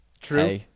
true